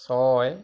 ছয়